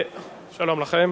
שלום לכם,